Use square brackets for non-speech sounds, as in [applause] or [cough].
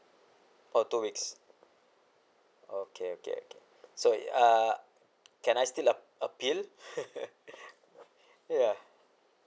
oh two weeks okay okay okay so uh can I still a~ appeal [laughs] yeah